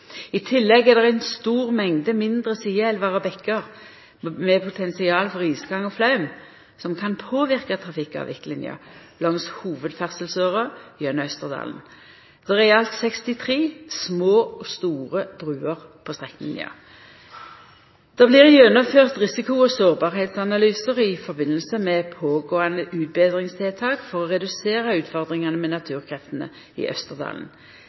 I tillegg er det ei stor mengd mindre sideelvar og bekkar med potensial for isgang og flaum, som kan påverka trafikkavviklinga langs hovudferdselsåra gjennom Østerdalen. Det er i alt 63 små og store bruer på strekninga. Det blir gjennomført risiko- og sårbarheitsanalysar i samband med pågåande utbetringstiltak for å redusera utfordringane med naturkreftene i Østerdalen.